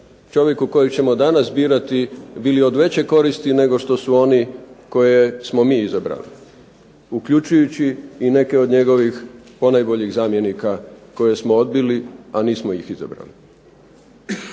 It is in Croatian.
čovjeku kojeg ćemo danas birati bili od veće koristi nego što su oni koje smo mi izabrali uključujući i neke od njegovih ponajboljih zamjenika koje smo odbili a nismo ih izabrali.